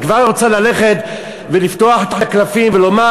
את כבר רוצה ללכת ולפתוח את הקלפים ולומר: